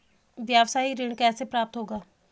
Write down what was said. व्यावसायिक ऋण कैसे प्राप्त होगा?